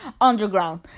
underground